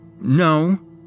No